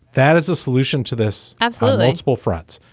that is a solution to this. absolutely. that's but france.